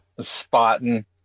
spotting